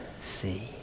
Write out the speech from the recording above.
see